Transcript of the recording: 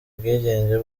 ubwigenge